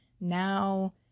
Now